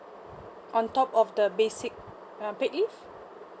on top of the basic unpaid leave